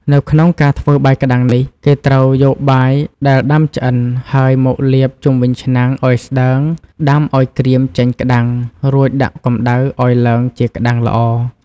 នៅក្នុងការធ្វើបាយក្តាំងនេះ គេត្រូវយកបាយដែរដាំឆ្អិនហើយមកលាបជុំវិញឆ្នាំងអោយស្តើងដាំអោយក្រៀមចេញក្ដាំង រួចដាក់កម្ដៅអោយឡើងជាក្ដាំងល្អ។